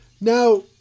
now